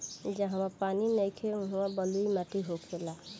जहवा पानी नइखे उहा बलुई माटी होखेला